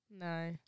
No